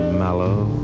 mellow